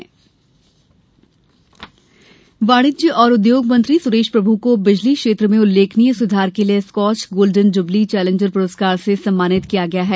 प्रभु पुरस्कार वाणिज्य और उद्योग मंत्री सुरेश प्रभू को बिजली क्षेत्र में उल्लेखनीय सुधार के लिये स्कॉच गोल्डन जुबली चेलेंजर पुरस्कार से सम्मानित किया गया है